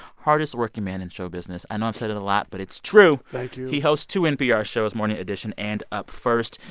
hardest-working man in show business. i know i've said that a lot, but it's true thank you he hosts two npr shows morning edition and up first.